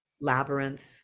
Labyrinth